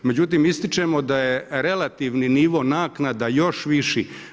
Međutim ističemo da je relativni nivo naknada još viši.